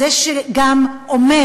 זה שגם אומר,